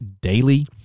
daily